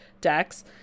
decks